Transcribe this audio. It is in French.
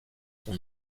son